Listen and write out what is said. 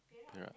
Perak